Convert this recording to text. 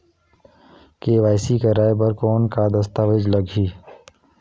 KYC कराय बर कौन का दस्तावेज लगही?